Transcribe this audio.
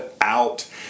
out